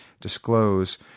disclose